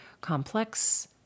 complex